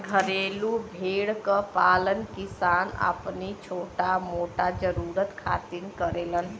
घरेलू भेड़ क पालन किसान अपनी छोटा मोटा जरुरत खातिर करेलन